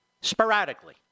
sporadically